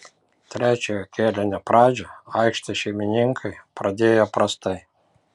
trečiojo kėlinio pradžią aikštės šeimininkai pradėjo prastai